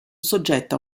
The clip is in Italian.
soggetta